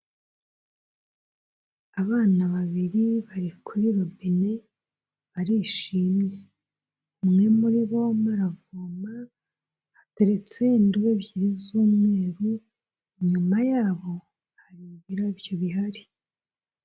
Abana babiri bari kuri robine barishimye, umwe muri bo arimo aravoma hateretse indoro ebyiri z'umweru, inyuma yabo hari ibirabyo bihari.